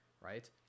right